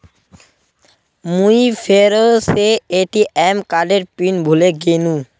मुई फेरो से ए.टी.एम कार्डेर पिन भूले गेनू